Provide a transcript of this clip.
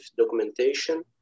documentation